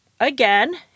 Again